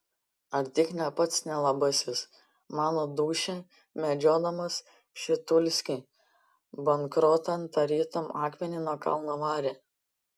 ar tik ne pats nelabasis mano dūšią medžiodamas pšitulskį bankrotan tarytum akmenį nuo kalno varė